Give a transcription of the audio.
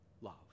love